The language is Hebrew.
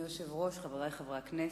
אדוני היושב-ראש, חברי חברי הכנסת,